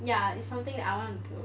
ya it's something I want to do